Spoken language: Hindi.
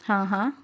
हाँ हाँ